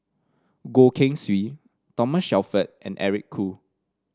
Goh Keng Swee Thomas Shelford and Eric Khoo